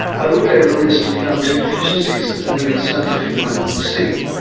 i looked over the list and found two deficiencies that only a scientific mind would see,